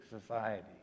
society